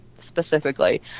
specifically